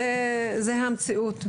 זאת המציאות,